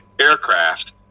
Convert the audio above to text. aircraft